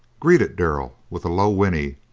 greeted darrell with a low whinny,